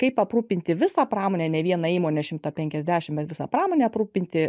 kaip aprūpinti visą pramonę ne vieną įmonę šimtą penkiasdešim bet visą pramonę aprūpinti